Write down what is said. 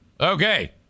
Okay